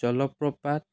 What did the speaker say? জলপ্ৰপাত